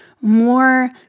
more